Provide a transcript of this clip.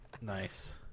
nice